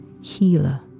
healer